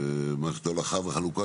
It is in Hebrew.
מערכת הולכה וחלוקה.